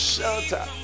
Shelter